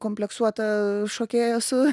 kompleksuota šokėja esu